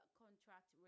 contract